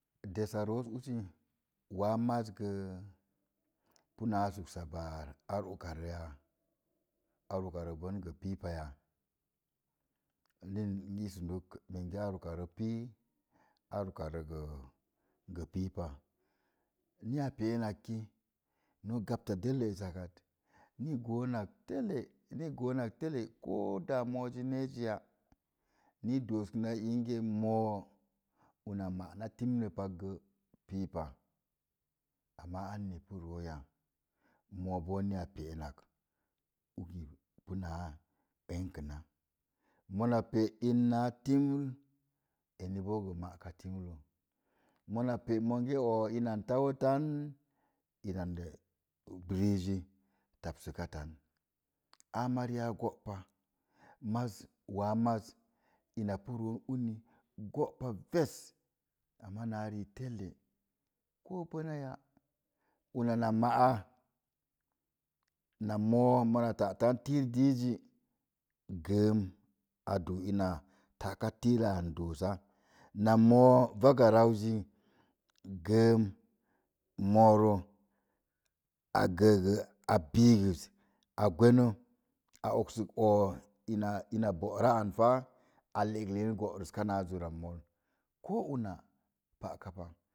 Desaroos usi, waa maz gəə, pina suksa baar ar ukaroyaa, ar ukaro bən gə piipaya. Lin ni n sundək, minge ar ukaro pii, ar ukarə gəə gə piipa. Ni a pe'en nak ki, nok gabta dəllə esakat, ni i goonak telle, ni i goonak telle, koo daa moozi neziya, ni i dooskəna inge moo, una ma'na timləpak gə, piipa. Amaa anni pu rooya, moobo ni a pe'en nak, uki puna uekəna. Mona pe'in naa tomr, eniboo gə ma'ka tumlə, mona pe’ monge o̱o̱ inan tawotan, inandə, riizi, tapsətan. Aa mari a go'pa, maz, waa maz, ina pu roon uni, go'pa ves, amaa na rii teller, ko bənaya, una na ma'a, na moo, mona ta'tan tir dii zi, gəəm a duu ina ta'ka tiir rə an doosa. Na moo vega ran zi gəəm moorə, a gəə gə a piigəs, a gweno, a oksuk oo, ina ina bo'ra an faa, a le'ek len go'rəska naa zura mool, ko una pa'ka pa.